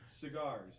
Cigars